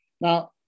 Now